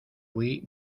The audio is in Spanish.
fui